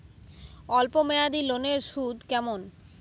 অল্প মেয়াদি লোনের সুদ কেমন?